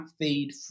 feed